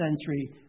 century